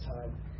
time